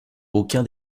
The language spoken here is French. aucun